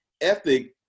ethic